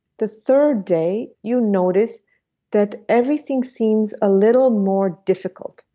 the third day you notice that everything seems a little more difficult.